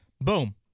Boom